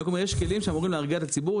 אני רק אומר שיש כלים שאמורים להרגיע את הציבור.